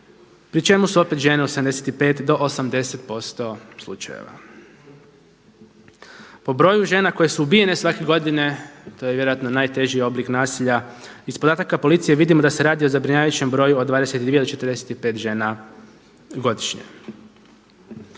pri čemu su opet žene u 75 do 80% slučajeva. Po broju žena koje su ubijene svake godine, to je vjerojatno najteži oblik nasilja iz podataka policije vidimo da se radi o zabrinjavajućem broju od 22 do 45 žena godišnje.